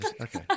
Okay